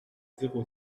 zéro